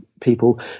people